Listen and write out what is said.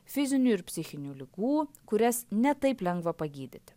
fizinių ir psichinių ligų kurias ne taip lengva pagydyti